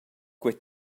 quei